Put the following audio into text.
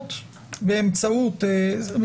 לרבות באמצעות גוף חיצוני.